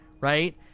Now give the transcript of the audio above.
right